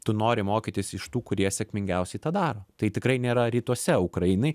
tu nori mokytis iš tų kurie sėkmingiausiai tą daro tai tikrai nėra rytuose ukrainai